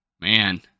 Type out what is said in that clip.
Man